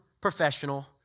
professional